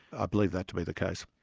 i believe that to be the case.